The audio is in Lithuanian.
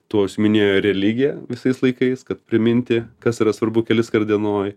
tuo užsiiminėjo religija visais laikais kad priminti kas yra svarbu keliskart dienoj